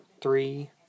three